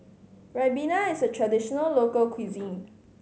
ribena is a traditional local cuisine